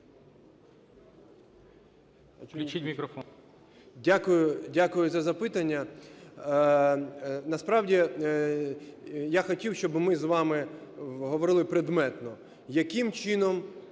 Дякую за запитання. Насправді, я хотів, щоб ми з вами говорили предметно, яким чином